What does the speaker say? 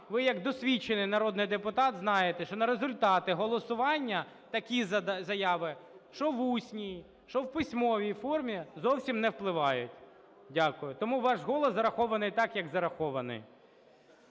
ви як досвідчений народний депутат знаєте, що на результати голосування такі заяви, що в усній, що в письмовій формі, зовсім не впливають. Дякую. Тому ваш голос зарахований так, як зарахований.